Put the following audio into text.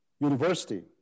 University